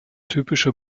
typische